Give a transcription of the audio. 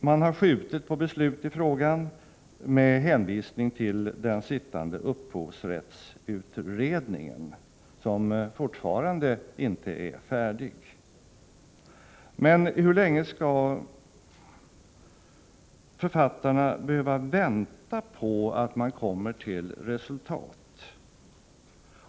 Man har skjutit på beslut i frågan med hänvisning till den sittande upphovsrättsutredningen som fortfarande inte är färdig. Men hur länge skall författarna behöva vänta på att man kommer till resultat?